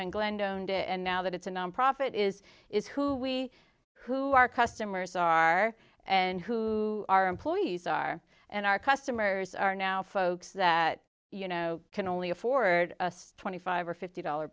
when glendon did and now that it's a nonprofit is is who we who our customers are and who our employees are and our customers are now folks that you know can only afford a sturdy five or fifty dollar